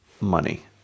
money